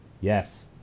Yes